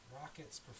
Rockets